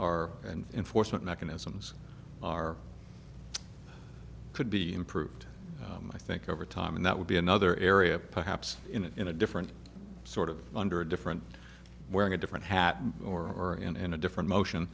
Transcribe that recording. our and enforcement mechanisms are could be improved i think over time and that would be another area perhaps in a different sort of under a different wearing a different hat or in a different